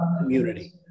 community